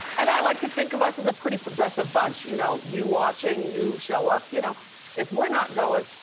and i like to think of us as a pretty progressive bunch. you know you watching, you who show up. you know if we're not goin',